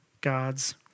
God's